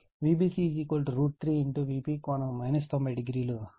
Vbc √ 3 Vp ∠ 90o కూడా చేసాము